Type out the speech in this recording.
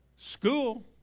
School